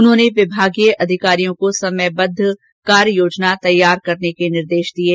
उन्होंने विभागीय अधिकारियों को समयबद्ध कार्ययोजना तैयार करने के निर्देश दिर्य